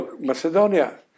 Macedonia